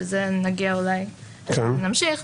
ונגיע אולי בהמשך,